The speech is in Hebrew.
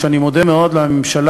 עמרם